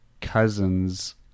cousins